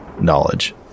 knowledge